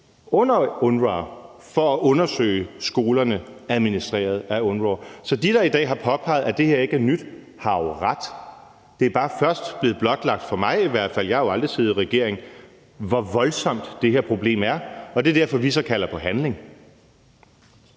under UNRWA for at undersøge skolerne administreret af UNRWA. Så de, der i dag har påpeget, at det her ikke er nyt, har jo ret. Det er bare først nu blevet blotlagt – i hvert fald for mig, for jeg har jo aldrig siddet i regering – hvor voldsomt det her problem er. Det er derfor, at vi så kalder på handling.